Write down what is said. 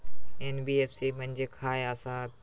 NBFC म्हणजे खाय आसत?